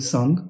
Sung